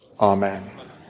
Amen